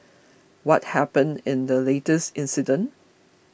what happened in the latest incident